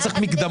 לא צריך מקדמות.